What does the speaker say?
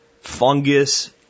Fungus